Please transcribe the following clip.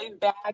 back